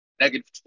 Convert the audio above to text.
negative